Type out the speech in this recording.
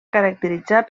caracteritzar